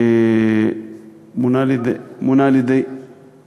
זה דבר חדש?